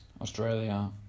Australia